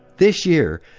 this year,